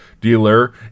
dealer